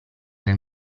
nel